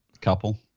couple